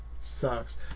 sucks